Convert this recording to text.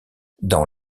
dans